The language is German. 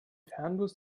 fernbus